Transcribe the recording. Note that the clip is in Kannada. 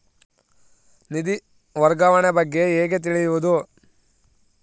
ನಿಧಿ ವರ್ಗಾವಣೆ ಬಗ್ಗೆ ಹೇಗೆ ತಿಳಿಯುವುದು?